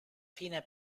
fine